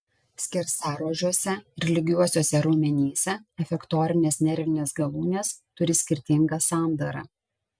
skersaruožiuose ir lygiuosiuose raumenyse efektorinės nervinės galūnės turi skirtingą sandarą